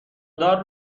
دار